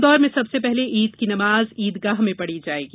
इंदौर में सबसे पहले ईद की नमाज़ ईदगाह में पड़ी जाएगी